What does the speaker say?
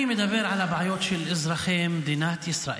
אני מדבר על הבעיות של אזרחי מדינת ישראל.